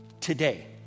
today